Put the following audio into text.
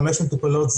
חמש מטופלות,